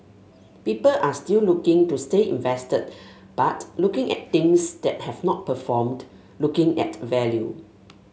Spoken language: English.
people are still looking to stay invested but looking at things that have not performed looking at value